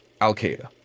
Al-Qaeda